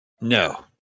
No